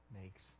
makes